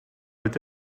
with